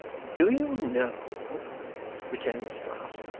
do you know returned miss brass,